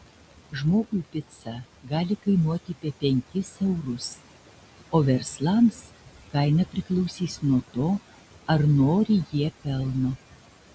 žmogui pica gali kainuoti apie penkis eurus o verslams kaina priklausys nuo to ar nori jie pelno